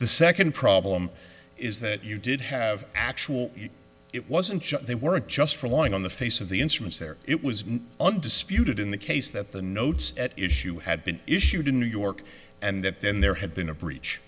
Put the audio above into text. the second problem is that you did have actual it wasn't they weren't just following on the face of the instruments there it was undisputed in the case that the notes at issue had been issued in new york and that then there had been a breach